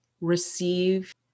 receive